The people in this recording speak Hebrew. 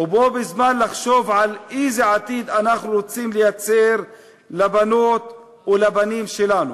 ובו-בזמן לחשוב על איזה עתיד אנחנו רוצים לייצר לבנות ולבנים שלנו.